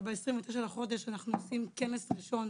אבל ב-29 בחודש אנחנו עושים כנס ראשון